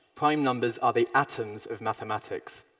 prime numbers are the atoms of mathematics.